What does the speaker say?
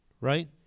Right